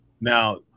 Now